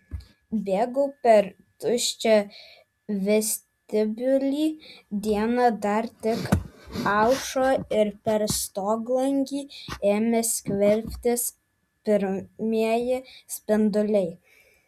bėgau per tuščią vestibiulį diena dar tik aušo ir per stoglangį ėmė skverbtis pirmieji spinduliai